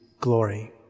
glory